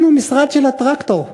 אנחנו המשרד של הטרקטור.